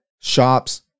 shops